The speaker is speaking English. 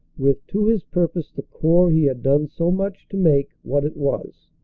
with to his purpose the corps he had done so much to make what it was,